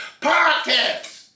podcast